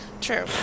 true